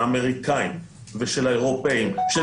האמריקנים ושל האירופאים היא מאוד